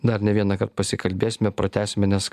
dar ne vienąkart pasikalbėsime pratęsime nes